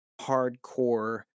hardcore